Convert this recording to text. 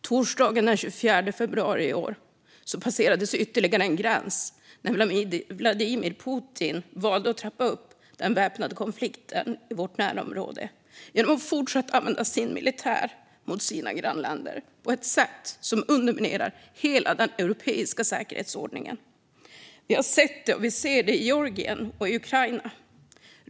Torsdagen den 24 februari i år passerades ytterligare en gräns när Vladimir Putin valde att trappa upp den väpnade konflikten i vårt närområde genom att fortsätta använda sin militär mot sina grannländer på ett sätt som underminerar hela den europeiska säkerhetsordningen. Vi har sett och ser det i Georgien och i Ukraina.